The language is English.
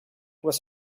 was